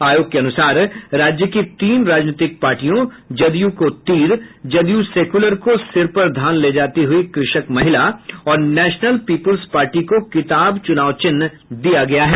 आयोग के अनुसार राज्य की तीन राजनीतिक पार्टियां जदयू को तीर जदयू सेक्यूलर को सिर पर धान ले जाती हुई कृषक महिला और नेशनल पीपुल्स पार्टी को किताब चुनाव चिन्ह दिया गया है